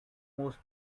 most